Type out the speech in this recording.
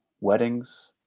Weddings